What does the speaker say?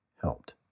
helped